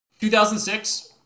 2006